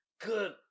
Good